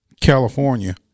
California